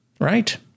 Right